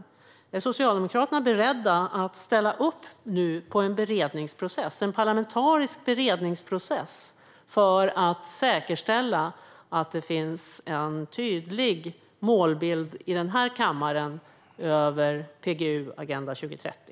Ställer Socialdemokraterna upp på en parlamentarisk beredningsprocess för att säkerställa att det finns en tydlig målbild i den här kammaren över PGU och Agenda 2030?